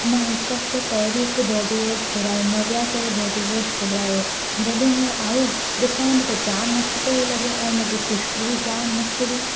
मां हिकु हफ़्तो पंहिरी हिकु बॉडी वॉश घुरायो नव्या करे बॉडी वॉश घुरायो जॾहिं हूं आयो ॾिसण में त जाम मस्तु पियो लॻे ऐं हुनजी खुशबू बि जाम मस्तु हुई